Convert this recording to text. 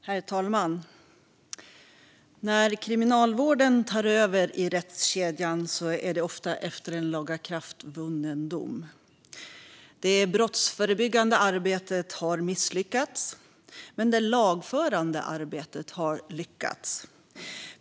Herr talman! När kriminalvården tar över i rättskedjan är det ofta efter en laga kraft-vunnen dom. Det brottsförebyggande arbetet har misslyckats, men det lagförande arbetet har lyckats.